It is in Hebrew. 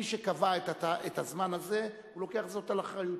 מי שקבע את הזמן הזה לוקח את זה על אחריותו.